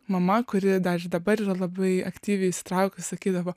mama kuri dar dabar yra labai aktyviai įsitraukus sakydavo